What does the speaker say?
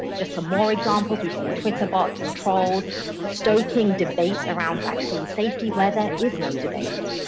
just some more examples, we've seen twitter bots and trolls stoking debate around vaccine safety where there is no debate.